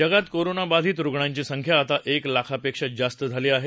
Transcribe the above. जगात कोरोना बाधित रुग्णांची संख्या आता एक लाखापेक्षा जास्त झाली आहे